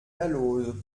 dalloz